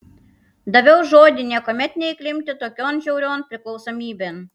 daviau žodį niekuomet neįklimpti tokion žiaurion priklausomybėn